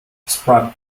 despite